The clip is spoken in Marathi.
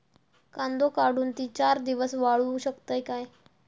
कांदो काढुन ती चार दिवस वाळऊ शकतव काय?